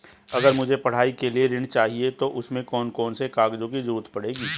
अगर मुझे पढ़ाई के लिए ऋण चाहिए तो उसमें कौन कौन से कागजों की जरूरत पड़ेगी?